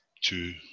two